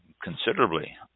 considerably